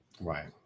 Right